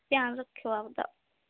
ਧਿਆਨ ਰੱਖਿਓ ਆਪਦਾ